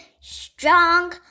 strong